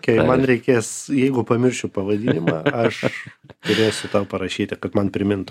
okei man reikės jeigu pamiršiu pavadinimą aš turėsiu tau parašyti kad man primintų